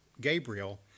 Gabriel